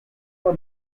for